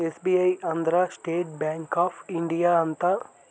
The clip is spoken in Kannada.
ಎಸ್.ಬಿ.ಐ ಅಂದ್ರ ಸ್ಟೇಟ್ ಬ್ಯಾಂಕ್ ಆಫ್ ಇಂಡಿಯಾ ಅಂತ